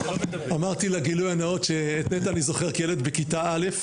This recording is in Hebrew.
אמרתי לגילוי הנאות שאת נטע אני זוכר כילד בכיתה א',